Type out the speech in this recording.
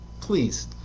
Please